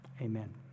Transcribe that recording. Amen